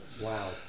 wow